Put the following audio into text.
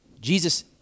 Jesus